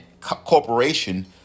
corporation